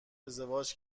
ازدواج